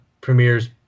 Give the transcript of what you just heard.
premieres